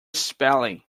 spelling